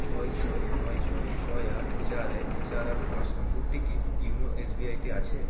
ছয় ছয় নয় ছয় ছয় আট চার এক চার আট পাঁচ নম্বরটি কি ইউনো এসবিআইতে আছে